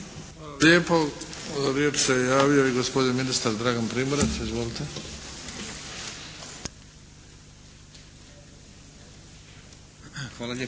Hvala lijepo. Za riječ se javlja i gospodin ministar Dragan Primorac. Izvolite. **Primorac,